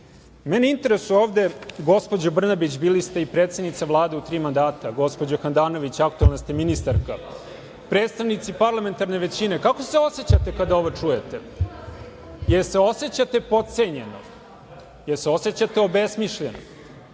interesuje ovde, gospođo Brnabić, bili ste i predsednica Vlade u tri mandata, gospođo Handanović, aktuelna ste ministarka, predstavnici parlamentarne većine, kako se osećate kada ovo čujete? Jel se osećate potcenjeno? Jel se osećate obesmišljeno?